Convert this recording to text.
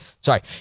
sorry